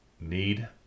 need